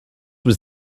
was